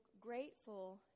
grateful